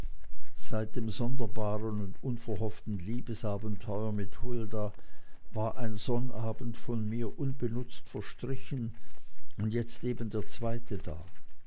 seit dem sonderbaren und unverhofften liebesabenteuer mit hulda war ein sonnabend von mir unbenutzt verstrichen und jetzt eben der zweite da